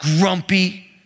grumpy